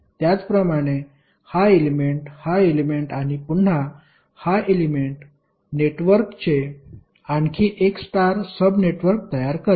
त्याचप्रमाणे हा एलेमेंट हा एलेमेंट आणि पुन्हा हा एलेमेंट नेटवर्कचे आणखी एक स्टार सब नेटवर्क तयार करेल